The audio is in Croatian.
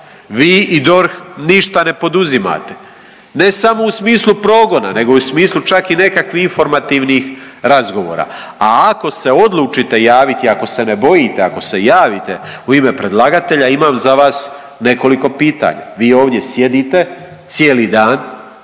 Vi i DORH ništa ne poduzimate, ne samo u smislu progona nego i u smislu čak i nekakvih informativnih razgovora. A ako se odlučite javiti, ako se ne bojite, ako se javite u ime predlagatelja imam za vas nekoliko pitanja. Vi ovdje sjedite cijeli dan,